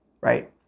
right